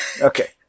Okay